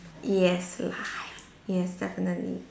yes life yes definitely